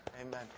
Amen